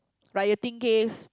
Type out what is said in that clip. rioting case